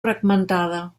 fragmentada